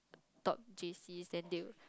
top J_Cs then they'll